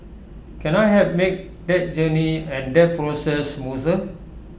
can I help make that journey and that process smoother